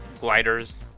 Gliders